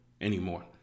anymore